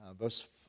verse